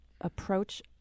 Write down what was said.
approach